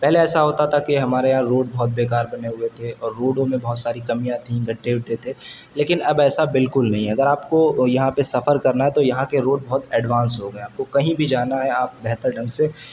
پہلے ایسا ہوتا تھا کہ ہمارے یہاں روڈ بہت بیکار بنے ہوئے تھے اور روڈوں میں بہت ساری کمیاں تھیں گڈھے وڈھے تھے لیکن اب ایسا بالکل نہیں ہے اگر آپ کو یہاں پہ سفر کرنا ہے تو یہاں کے روڈ بہت ایڈوانس ہو گئے ہیں آپ کو کہیں بھی جانا ہے آپ بہتر ڈھنگ سے